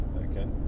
okay